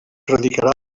radicarà